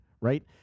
Right